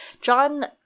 john